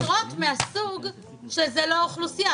אבל זה משרות מהסוג שזה לא האוכלוסייה.